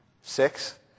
Six